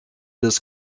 this